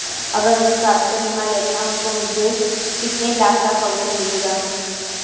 अगर मैं स्वास्थ्य बीमा लेता हूं तो मुझे कितने लाख का कवरेज मिलेगा?